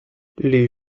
les